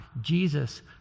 Jesus